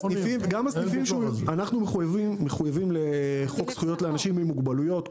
אנחנו מחויבים לחוק זכויות לאנשים עם מוגבלויות.